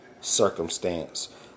circumstance